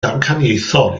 damcaniaethol